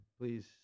Please